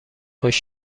خوش